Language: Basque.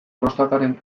prostataren